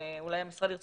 אולי המשרד ירצה